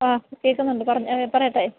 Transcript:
ആ കേള്ക്കുന്നുണ്ട് പറയട്ടെ